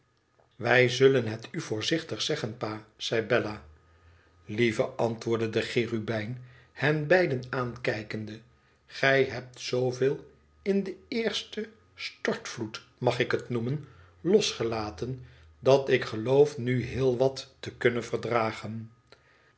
wij zullen het u voorzichtig zeggen pa zei bella lieve antwoordde de cherubijn hen beiden aankijkende i gij hebt zooveel in den eersten stortvloed mag ik het noemen losgelaten dat ik geloof nu heel wat te kunnen verdragen